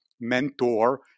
mentor